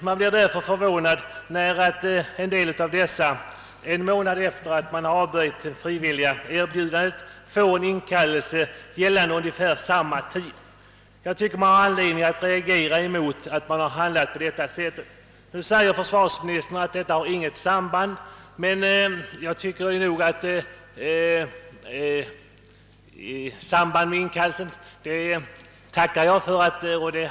Man blir därför förvånad när en del av dem som blivit tillfrågade och avböjt erbjudandet en månad senare får en inkallelse gällande ungefär samma tid. Då har man anledning att reagera. Nu säger försvarsministern att dessa två saker inte har något samband. Jag tackar för tillrättaläggandet.